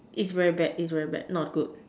is very bad is very bad not good